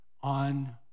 on